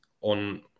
on